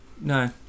no